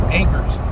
anchors